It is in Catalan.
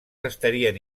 estarien